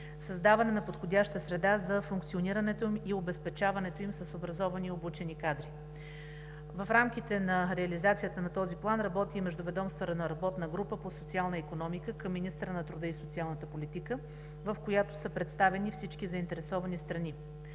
създаване на подходяща среда за функционирането и обезпечаването им с образовани и обучени кадри. В рамките на реализацията на този план работи и междуведомствена работна група по социална икономика към министъра на труда и социалната политика, в която са представени всички заинтересовани страни.